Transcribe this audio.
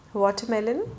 watermelon